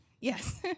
Yes